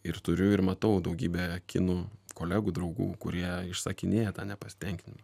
ir turiu ir matau daugybę kinų kolegų draugų kurie išsakinėja tą nepasitenkinimą